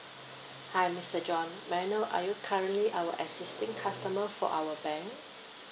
hi mister john may I know are you currently our existing customer for our bank